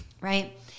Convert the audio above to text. right